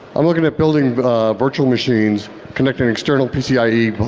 um like and building but a virtual machine connecting external pcie.